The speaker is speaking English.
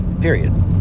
Period